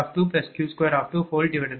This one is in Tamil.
01115122| 0